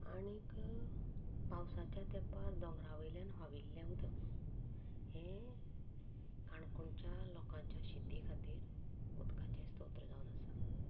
आनी पावसाच्या तेंपार दोंगरा वयल्यान व्हांविल्लें उदक हें काणकोणच्या लोकांच्या शेती खातीर उदकाचें स्त्रोत्र जावन आसात